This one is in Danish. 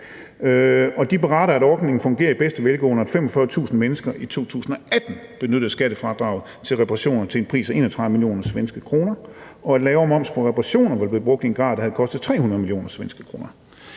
de beretter, at ordningen fungerer i bedste velgående, og at 45.000 mennesker i 2018 benyttede skattefradraget til reparationer til en pris af 31 millioner svenske kroner, og at lavere moms på reparationer er blevet brugt i en grad, at det har kostet 300 millioner